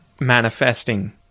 manifesting